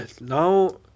now